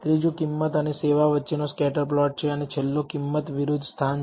ત્રીજું કિંમત અને સેવા વચ્ચેનો સ્કેટર પ્લોટ છે અને છેલ્લો કિંમત વિરુદ્ધ સ્થાન છે